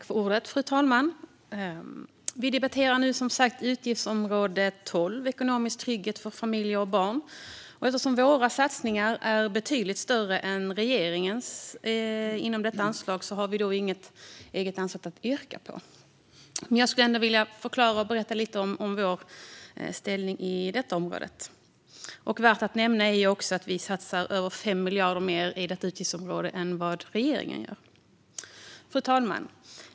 Fru talman! Vi debatterar nu Utgiftsområde 12 Ekonomisk trygghet för familjer och barn . Eftersom Sverigedemokraternas satsningar inom detta anslag är betydligt större än regeringens har vi inget eget förslag att yrka bifall till. Jag skulle ändå vilja förklara och berätta lite om vårt ställningstagande på detta område. Värt att nämna är att vi satsar över 5 miljarder mer på detta utgiftsområde än vad regeringen gör. Fru talman!